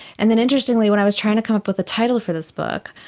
and then interestingly when i was trying to come up with a title for this book,